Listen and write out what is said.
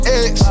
ex